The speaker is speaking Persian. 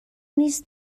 نیست